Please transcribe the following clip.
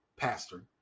pastor